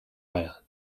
island